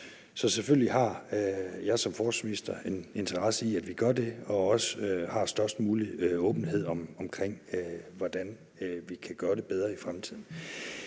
Så selvfølgelig har jeg som forsvarsminister en interesse i, at vi gør det, og også i den størst mulige åbenhed omkring, hvordan vi kan gøre det bedre i fremtiden.